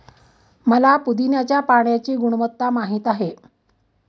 मला पुदीन्याच्या पाण्याची गुणवत्ता माहित आहे